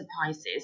surprises